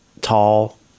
tall